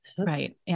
right